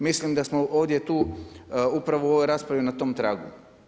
Mislim da smo ovdje tu upravo u ovoj raspravi na tom tragu.